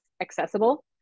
accessible